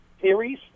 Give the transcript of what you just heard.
theories